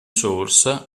source